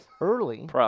early